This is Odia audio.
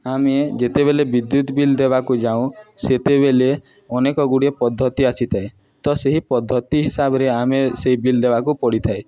ଆମେ ଯେତେବେଳେ ବିଦ୍ୟୁତ୍ ବିଲ୍ ଦେବାକୁ ଯାଉଁ ସେତେବେଳେ ଅନେକ ଗୁଡ଼ିଏ ପଦ୍ଧତି ଆସିଥାଏ ତ ସେହି ପଦ୍ଧତି ହିସାବରେ ଆମେ ସେଇ ବିଲ୍ ଦେବାକୁ ପଡ଼ିଥାଏ